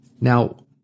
Now